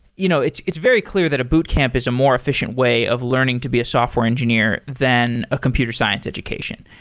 you know it's it's very clear that a boot camp is a more efficient way of learning to be a software engineer than a computer science education.